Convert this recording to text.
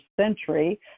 century